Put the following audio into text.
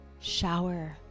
shower